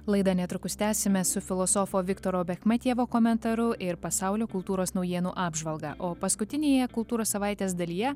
laida netrukus tęsime su filosofo viktoro bechmetjevo komentaru ir pasaulio kultūros naujienų apžvalga o paskutinėje kultūros savaitės dalyje